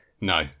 no